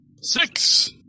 Six